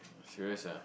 serious ah